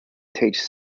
take